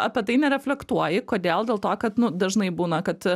apie tai nereflektuoji kodėl dėl to kad nu dažnai būna kad